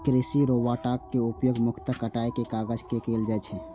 कृषि रोबोटक उपयोग मुख्यतः कटाइ के काज मे कैल जाइ छै